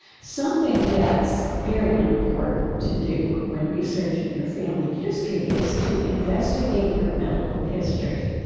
something that's very important to do when researching your family history is to investigate your medical history.